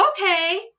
okay